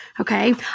Okay